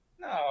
No